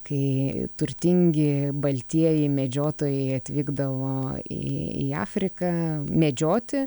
kai turtingi baltieji medžiotojai atvykdavo į į afriką medžioti